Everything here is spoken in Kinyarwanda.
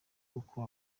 uko